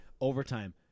overtime